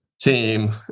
team